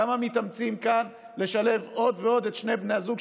כמה מתאמצים כאן לשלב עוד ועוד את שני בני הזוג,